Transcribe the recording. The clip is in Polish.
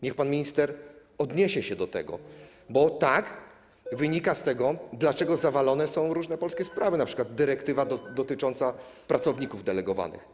Niech pan minister odniesie się do tego, bo wynika z tego, dlaczego zawalone są różne polskie sprawy, np. dyrektywa dotycząca pracowników delegowanych.